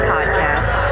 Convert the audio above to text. Podcast